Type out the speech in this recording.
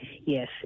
Yes